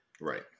Right